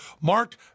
Mark